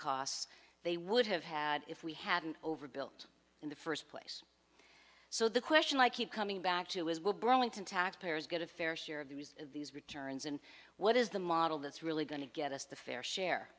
costs they would have had if we hadn't overbuilt in the first place so the question i keep coming back to his will burlington taxpayers get a fair share of the use of these returns and what is the model that's really going to get us the fair share